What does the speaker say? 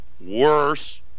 worse